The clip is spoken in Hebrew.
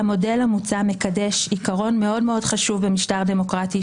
המודל המוצע מקדש עקרון מאוד מאוד חשוב במשטר דמוקרטי,